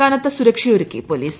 കനത്ത സുരക്ഷയൊരുക്കി പൊലീസ്